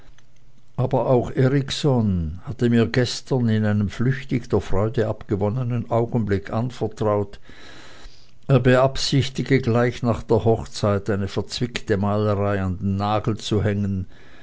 aber auch erikson hatte mir gestern in einem flüchtig der freude abgewonnenen augenblick anvertraut er beabsichtige gleich nach der hochzeit seine verzwickte malerei an den nagel zu hängen